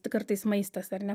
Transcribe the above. kartais maistas ar ne